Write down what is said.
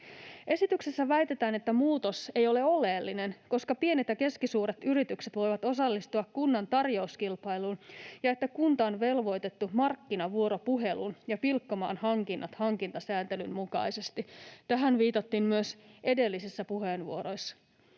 Esityksessä väitetään, että muutos ei ole oleellinen, koska pienet ja keskisuuret yritykset voivat osallistua kunnan tarjouskilpailuun, ja että kunta on velvoitettu markkinavuoropuheluun ja pilkkomaan hankinnat hankintasääntelyn mukaisesti. Tähän viitattiin myös edellisissä puheenvuoroissa.